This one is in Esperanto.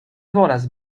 volas